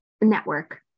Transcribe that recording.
network